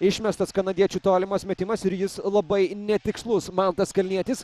išmestas kanadiečių tolimas metimas ir jis labai netikslus mantas kalnietis